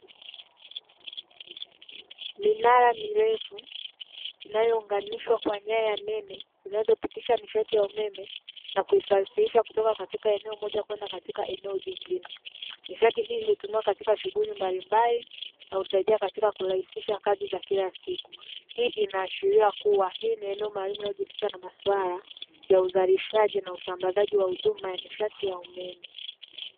minara mirefu inayounganishwa na nyaya nene zinazopitisha nishati ya umeme nakuisafirisha kutoka eneo moja kwenda katika eneo jingine nishati, hii hutumiwa katika shughuli mbalimbali na hutumika kuraisisha kazi za kila siku, hii inaashiria kuwa hii ni eneo maalumu linalojihusisha na maswala ya uzalishaji na usambazaji wa huduma ya nishati ya umeme.